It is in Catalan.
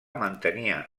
mantenia